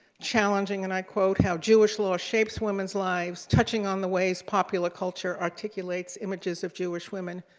challenging, and i quote, how jewish law shapes women's lives, touching on the ways popular culture articulates images of jewish women,